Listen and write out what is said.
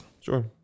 Sure